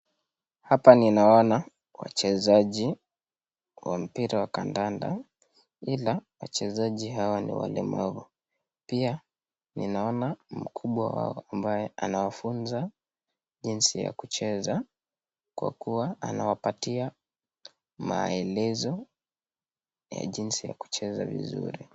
Hapa ninaona wachezaji wa mpira wa kandanda ila wachezaji hawa ni walemavu. Pia ninaona mkubwa wao ambaye anawafunza jinsi ya kucheza kwa kuwa anawapatia maelezo ya jinsi ya kucheza vizuri.